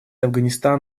афганистан